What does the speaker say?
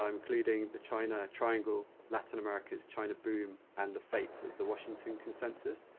um including the china triangle latin america's china boom and the fate of the washington consensus,